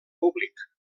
públic